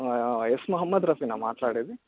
yes Mohammed రఫీనా మాట్లాడేది